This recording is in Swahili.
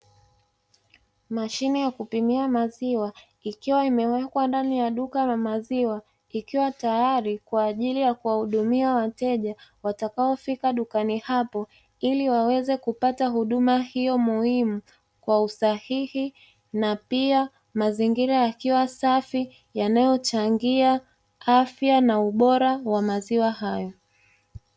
Mashine ya kupimia maziwa ikiwa imewekwa ndani ya duka la maziwa ikiwa tayari kwa ajili ya kuwahudumia wateja watakao fika dukani hapo, ili waweze kupata huduma hio muhimu kwa usahihi na pia mazingira yakiwa safi yanayo changia afya na ubora wa maziwa hayo.